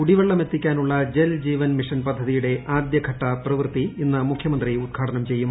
കുടിവെള്ളമെത്തിക്കാനുള്ള് Jal Jeevan mission പദ്ധതിയുടെ ആദ്യഘട്ട പ്രിപ്പൃത്തി ഇന്ന് മുഖ്യമന്ത്രി ഉദ്ഘാടനം ചെയ്യും